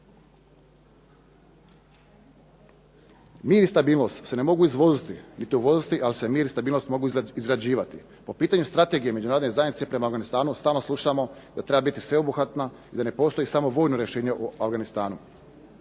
Mir i stabilnost se ne mogu izvoziti niti izvoziti, ali se mir i stabilnost mogu izrađivati. Po pitanju strategije međunarodne zajednice prema Afganistanu stalno slušamo da treba biti sveobuhvatna i da ne postoji samo vojno rješenje o Afganistanu.